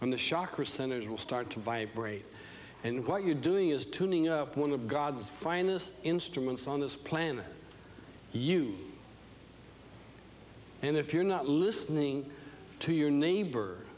on the shocker centers will start to vibrate and what you're doing is tuning up one of god's finest instruments on this planet you and if you're not listening to your neighbor